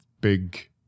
big